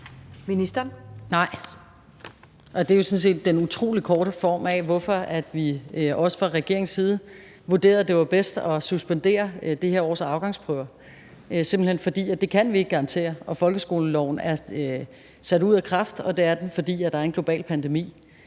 Og det er jo sådan set det utrolig korte svar på, hvorfor vi, også fra regeringens side, vurderede, at det var bedst at suspendere det her års afgangsprøver, altså simpelt hen fordi vi ikke kan garantere det – og folkeskoleloven er sat ud af kraft, og det er den, fordi der er en global pandemi.